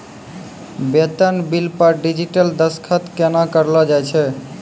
बेतन बिल पर डिजिटल दसखत केना करलो जाय छै?